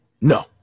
No